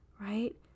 Right